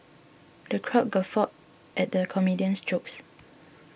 the crowd guffawed at the comedian's jokes